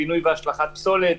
פינוי והשלכת פסולת,